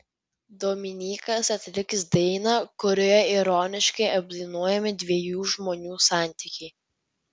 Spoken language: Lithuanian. dominykas atliks dainą kurioje ironiškai apdainuojami dviejų žmonių santykiai